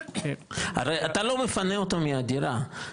הרי אתה לא מפנה אותו מהדירה,